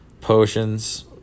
potions